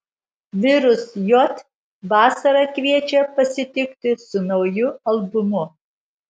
virus j vasarą kviečia pasitikti su nauju albumu